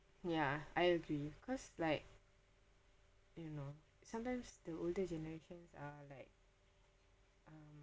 ya I agree cause like you know sometimes the older generations are like um